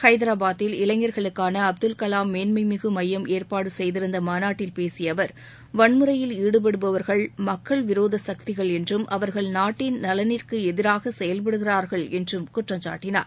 ஐதராபாத்தில் இளைஞா்களுக்கான அப்துல் கலாம் மேன்மைமிகு மையம் ஏற்பாடு செய்திருந்த மாநாட்டில் பேசிய அவர் வன்முறையில் ஈடுபடுபவர்கள் மக்கள் விரோத சக்திகள் என்றும் அவர்கள் நாட்டின் நலனிற்கு எதிராக செயல்படுகிறார்கள் என்றும் குற்றம்சாட்டினார்